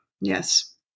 Yes